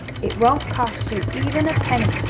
it won't cost you even a penny!